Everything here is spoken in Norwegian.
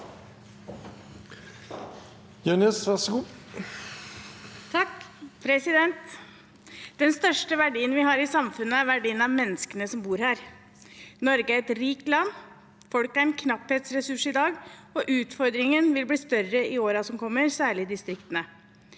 Den største verdi- en vi har i samfunnet, er verdien av menneskene som bor her. Norge er et rikt land, folk er en knapphetsressurs i dag, og utfordringen vil bli større i årene som kommer, særlig i distriktene.